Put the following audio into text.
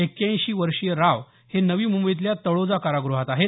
एक्क्याऐंशी वर्षीय राव हे नवी मुंबईतल्या तळोजा काराग्रहात आहेत